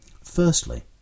Firstly